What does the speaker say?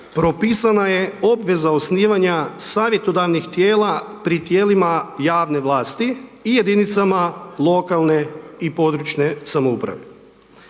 propisana je obveza osnivanja savjetodavnih tijela, pri tijelima javne vlasti i jedinicama lokalne i područne samouprave.